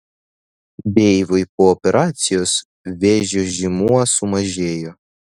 deivui po operacijos vėžio žymuo sumažėjo